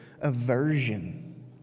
aversion